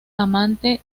amante